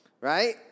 Right